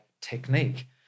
technique